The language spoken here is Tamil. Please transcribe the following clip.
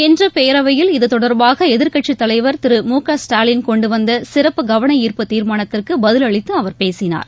இன்று பேரவையில் இத்தொடர்பாக எதிர்கட்சித் தலைவர் திரு மு க ஸ்டாலின் கொண்டு வந்த சிறப்பு கவன ஈர்ப்பு தீர்மானத்திற்கு பதிலளித்து அவர் பேசினார்